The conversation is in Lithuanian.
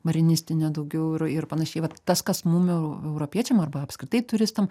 marinistinė daugiau ir ir panašiai va tas kas mum eu europiečiam arba apskritai turistam